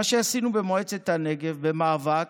מה שעשינו במועצת הנגב, במאבק,